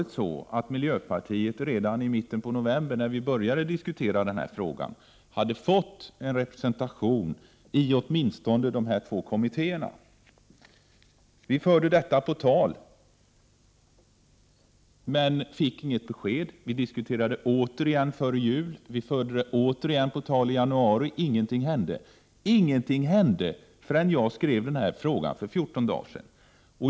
Borde inte miljöpartiet redan i mitten av november, när vi började diskutera dessa frågor, ha fått representation i åtminstone de två sistnämnda kommittéerna? Vi förde detta på tal, men fick inget besked. Vi diskuterade detta på nytt före jul. Vi förde det återigen på tal i januari. Ingenting hände. Ingenting hände förrän jag skrev denna fråga för 14 dagar sedan.